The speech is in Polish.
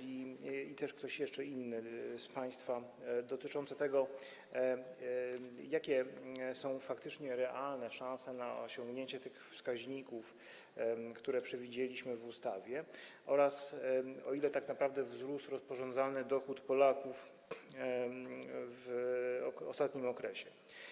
i ktoś jeszcze inny z państwa, dotyczącego tego, jakie są faktycznie realne szanse na osiągnięcie tych wskaźników, które przewidzieliśmy w ustawie, oraz o ile tak naprawdę wzrósł rozporządzalny dochód Polaków w ostatnim okresie.